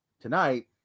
tonight